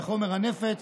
לחומר הנפץ,